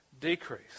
decrease